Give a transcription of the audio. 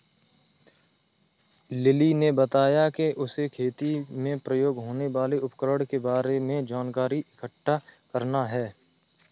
lily ने बताया कि उसे खेती में प्रयोग होने वाले उपकरण के बारे में जानकारी इकट्ठा करना है